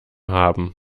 haben